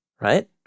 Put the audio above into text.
Right